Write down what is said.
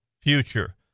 future